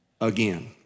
again